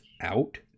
out